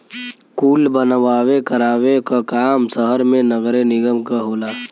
कुल बनवावे करावे क काम सहर मे नगरे निगम के होला